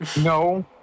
No